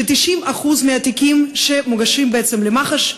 שבעצם 90% מהתיקים שמוגשים למח"ש,